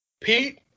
Pete